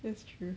that's true